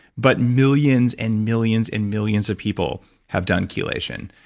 but millions and millions and millions of people have done chelation,